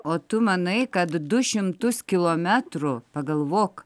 o tu manai kad du šimtus kilometrų pagalvok